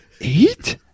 Eight